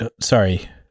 sorry